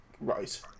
Right